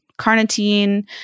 carnitine